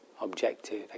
objective